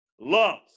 Love